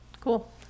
Cool